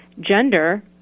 gender